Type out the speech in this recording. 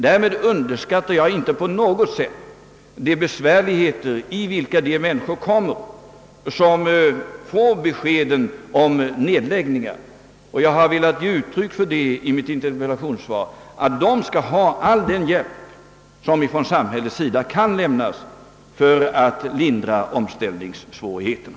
Därmed underskattar jag inte på något sätt de besvärligheter i vilka de människor råkar som får besked om nedläggningar. Jag har i mitt svar velat ge uttryck för uppfattningen att de skall ha all hjälp som från samhällets sida kan lämnas för att lindra omställningssvårigheterna.